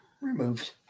Removed